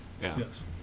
yes